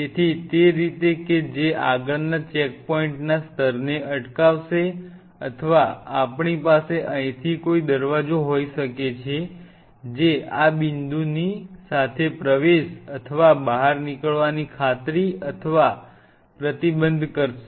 તેથી તે રીતે કે જે આગળના ચેકપોઇંટના સ્તરને અટકાવશે અથવા આપણી પાસે અહીંથી કોઈ દરવાજો હોઈ શકે છે જે આ બિંદુની સાથે પ્રવેશ અને બહાર નીકળવાની ખાતરી અથવા પ્રતિબંધ કરશે